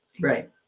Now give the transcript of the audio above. Right